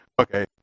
Okay